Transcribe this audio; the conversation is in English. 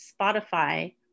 Spotify